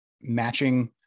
matching